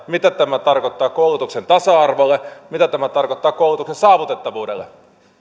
mitä tämä tarkoittaa koulutuksen tasa arvolle mitä tämä tarkoittaa koulutuksen saavutettavuudelle